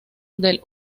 del